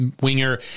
winger